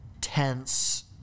tense